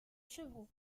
chevroux